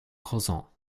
causant